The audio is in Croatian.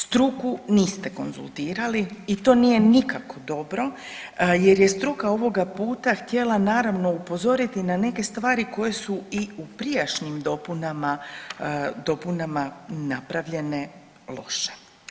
Struku niste konzultirali i to nije nikako dobro jer je struka ovoga puta htjela naravno upozoriti na neke stvari koje su i u prijašnjim dopunama, dopunama napravljene loše.